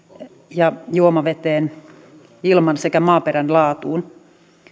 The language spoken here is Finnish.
ja juomaveteen ja ilman sekä maaperän laatuun